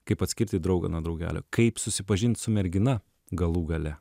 kaip atskirti draugą nuo draugelio kaip susipažint su mergina galų gale